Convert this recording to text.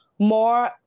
More